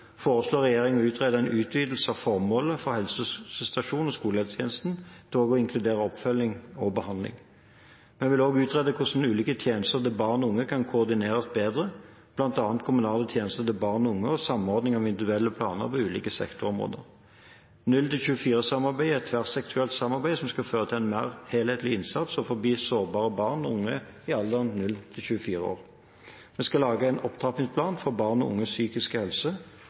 foreslår regjeringen å utrede en utvidelse av formålet for helsestasjons- og skolehelsetjenesten til også å inkludere oppfølging og behandling. Vi vil også utrede hvordan ulike tjenester til barn og unge kan koordineres bedre, bl.a. kommunale tjenester til barn og unge og samordning av individuelle planer på ulike sektorområder. 0–24-samarbeidet er et tverrsektorielt samarbeid som skal føre til en mer helhetlig innsats overfor sårbare barn og unge i alderen 0–24 år. Vi skal lage en opptrappingsplan for barn og unges psykiske helse.